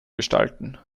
gestalten